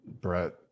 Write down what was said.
brett